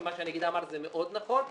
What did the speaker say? ומה שהנגידה אמרה זה מאוד נכון,